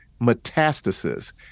Metastasis